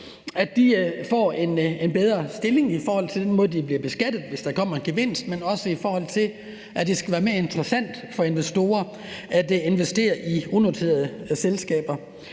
aktier, får en bedre stilling i forhold til den måde, de bliver beskattet på, hvis der kommer en gevinst, men også, i forhold til at det skal være mere interessant for investorer at investere i unoterede selskaber.